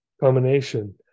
combination